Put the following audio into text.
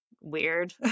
weird